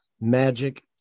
Magic